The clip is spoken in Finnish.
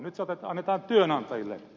nyt se annetaan työnantajille